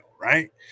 right